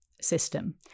system